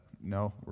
no